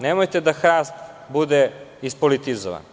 Nemojte da hrast bude ispolitizovan.